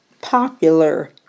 popular